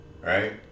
Right